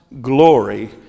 glory